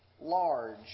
large